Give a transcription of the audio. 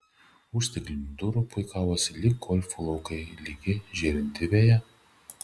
už stiklinių durų puikavosi lyg golfo laukai lygi žėrinti veja